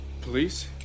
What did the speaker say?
Police